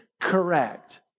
correct